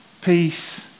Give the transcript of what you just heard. peace